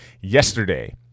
yesterday